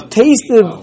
tasted